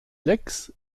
lex